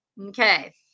Okay